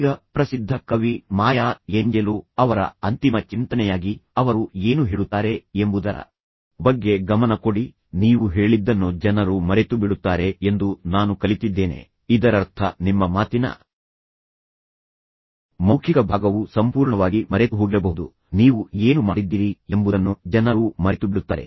ಈಗ ಪ್ರಸಿದ್ಧ ಕವಿ ಮಾಯಾ ಏಂಜೆಲೋ ಅವರ ಅಂತಿಮ ಚಿಂತನೆಯಾಗಿ ಅವರು ಏನು ಹೇಳುತ್ತಾರೆ ಎಂಬುದರ ಬಗ್ಗೆ ಗಮನ ಕೊಡಿ ನೀವು ಹೇಳಿದ್ದನ್ನು ಜನರು ಮರೆತುಬಿಡುತ್ತಾರೆ ಎಂದು ನಾನು ಕಲಿತಿದ್ದೇನೆ ಇದರರ್ಥ ನಿಮ್ಮ ಮಾತಿನ ಮೌಖಿಕ ಭಾಗವು ಸಂಪೂರ್ಣವಾಗಿ ಮರೆತುಹೋಗಿರಬಹುದು ನೀವು ಏನು ಮಾಡಿದ್ದೀರಿ ಎಂಬುದನ್ನು ಜನರು ಮರೆತುಬಿಡುತ್ತಾರೆ